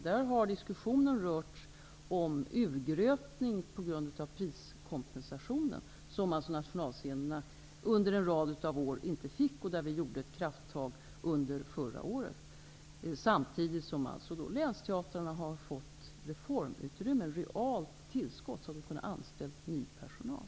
Där har diskussionen rört urgröpningen på grund av priskompensationen, som nationalscenerna under en rad av år inte fick och där vi förra året gjorde ett krafttag. Samtidigt fick länsteatrarna reformutrymme genom ett realt tillskott, som medförde att de kunde anställa mer personal.